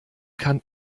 kann